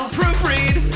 Proofread